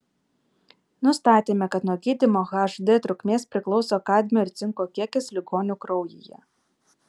nustatėme kad nuo gydymo hd trukmės priklauso kadmio ir cinko kiekis ligonių kraujyje